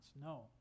No